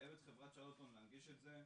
לחייב את חברת צ'רלטון להנגיש את זה,